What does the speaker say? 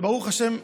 וברוך השם,